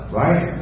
right